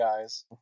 guys